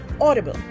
audible